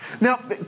Now